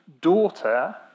daughter